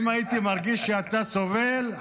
אם הייתי מרגיש שאתה סובל,